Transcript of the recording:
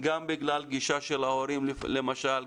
גם בגלל גישה של ההורים למשל,